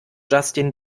justin